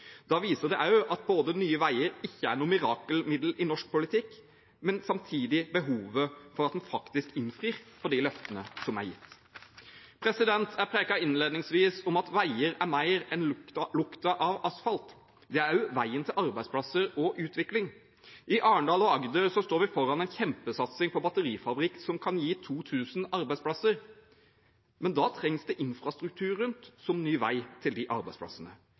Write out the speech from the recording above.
viser det også at Nye Veier ikke er noe mirakelmiddel i norsk politikk, men samtidig behovet for at en faktisk innfrir de løftene som er gitt. Jeg pekte innledningsvis på at veier er mer enn lukten av asfalt; de er også veien til arbeidsplasser og utvikling. I Arendal og Agder står vi foran en kjempesatsing på en batterifabrikk som kan gi 2 000 arbeidsplasser, men da trengs det infrastruktur rundt, som ny vei til de arbeidsplassene.